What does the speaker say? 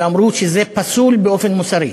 אמרו שזה פסול באופן מוסרי.